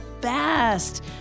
best